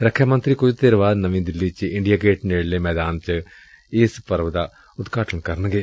ਰੱਖਿਆ ਮੰਤਰੀ ਕੁਝ ਦੇਰ ਬਾਅਦ ਨਵੀਂ ਦਿੱਲੀ ਚ ਇੰਡੀਆ ਗੇਟ ਨੇੜਲੇ ਮੈਦਾਨ ਚ ਇਸ ਪਰਵ ਦੀ ਸੁਰੁਆਤ ਕਰਨਗੇ